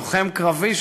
לוחם קרבי,